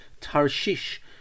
Tarshish